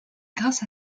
grâce